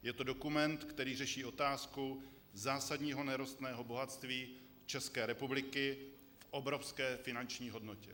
Je to dokument, který řeší otázku zásadního nerostného bohatství České republiky v obrovské finanční hodnotě.